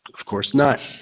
of course not.